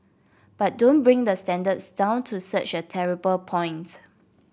but don't bring the standards down to such a terrible point